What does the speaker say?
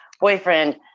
boyfriend